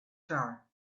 tar